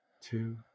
Two